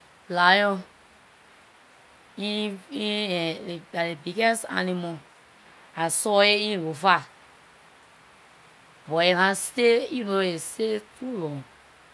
Lion, in- in dah ley biggest animal. I saw it in lofa, but it nah stay, ehn you know- it stayed too long.